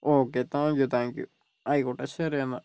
okay thank you thank you ആയിക്കോട്ടെ ശരി എന്നാൽ